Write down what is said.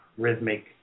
rhythmic